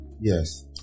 Yes